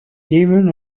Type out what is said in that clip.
even